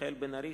מיכאל בן-ארי,